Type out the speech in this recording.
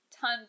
ton